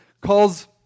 calls